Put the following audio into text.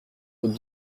aux